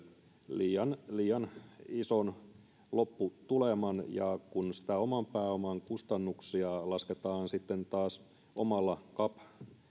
liian liian ison lopputuleman ja kun niitä oman pääoman kustannuksia lasketaan sitten taas omalla cap